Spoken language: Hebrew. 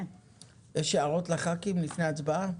יש הערות לח"כים לפני הצבעה?